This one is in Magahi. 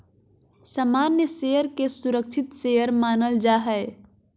सामान्य शेयर के सुरक्षित शेयर मानल जा हय